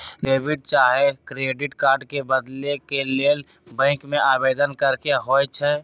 debit चाहे credit card के बदले के लेल बैंक में आवेदन करेके होइ छइ